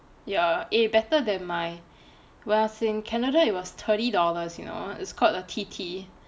ya eh better than my when I was in canada it was thirty dollars you know it's called a T_T